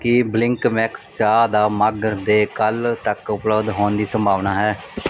ਕੀ Blinkmax ਚਾਹ ਦਾ mug ਦੇ ਕੱਲ੍ਹ ਤੱਕ ਉਪਲਬਧ ਹੋਣ ਦੀ ਸੰਭਾਵਨਾ ਹੈ